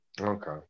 okay